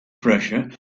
pressure